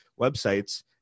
websites